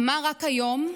אמר רק היום: